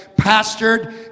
pastored